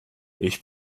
ich